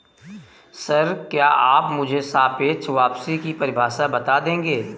Sir, क्या आप मुझे सापेक्ष वापसी की परिभाषा बता देंगे?